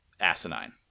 asinine